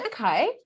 okay